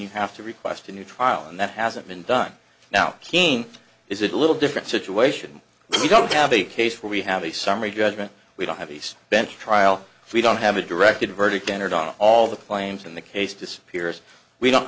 you have to request a new trial and that hasn't been done now keane is it a little different situation if you don't have a case where we have a summary judgment we don't have these bench trial we don't have a directed verdict entered on all the claims in the case disappears we don't